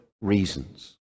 reasons